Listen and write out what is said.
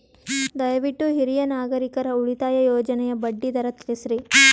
ದಯವಿಟ್ಟು ಹಿರಿಯ ನಾಗರಿಕರ ಉಳಿತಾಯ ಯೋಜನೆಯ ಬಡ್ಡಿ ದರ ತಿಳಸ್ರಿ